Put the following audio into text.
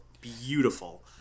Beautiful